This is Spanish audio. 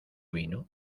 vino